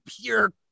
pure